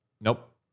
Nope